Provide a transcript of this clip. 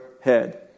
head